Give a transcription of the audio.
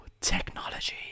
technology